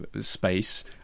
space